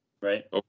right